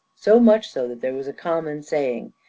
so much so that there was a common saying,